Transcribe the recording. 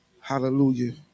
Hallelujah